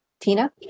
Tina